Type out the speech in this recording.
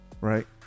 right